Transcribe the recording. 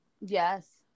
Yes